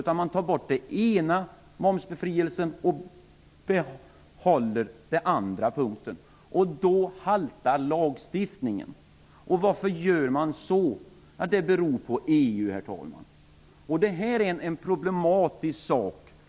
Man tar bort den ena -- momsbefrielsen -- och behåller den andra punkten, och då haltar lagstiftningen. Varför gör man så? Det beror på EU, herr talman. Detta är en problematisk sak.